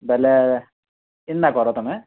ବେଲେ ଇନ୍ତା କର ତୁମେ